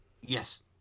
Yes